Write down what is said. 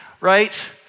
right